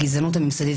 הגזענות הממסדית,